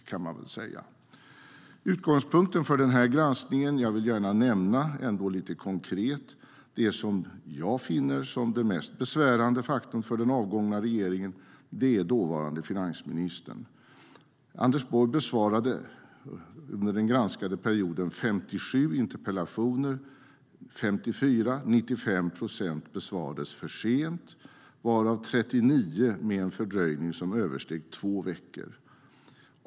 Jag vill ändå gärna nämna lite konkret om utgångspunkten för den här granskningen. Den som jag finner mest besvärande för den avgångna regeringen är dåvarande finansministern. Under den granskade perioden besvarade Anders Borg 57 interpellationer. Av dessa besvarades 54 - alltså 95 procent - för sent, varav 39 med en fördröjning som översteg två veckor.